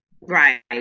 Right